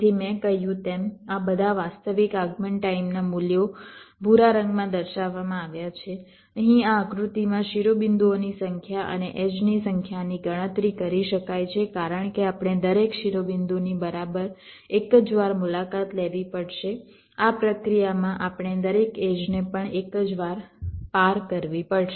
તેથી મેં કહ્યું તેમ આ બધા વાસ્તવિક આગમન ટાઈમના મૂલ્યો ભૂરા રંગમાં દર્શાવવામાં આવ્યા છે અહીં આ આકૃતિમાં શિરોબિંદુઓની સંખ્યા અને એડ્જની સંખ્યાની ગણતરી કરી શકાય છે કારણ કે આપણે દરેક શિરોબિંદુની બરાબર એક જ વાર મુલાકાત લેવી પડશે આ પ્રક્રિયામાં આપણે દરેક એડ્જને પણ એક જ વાર પાર કરવી પડશે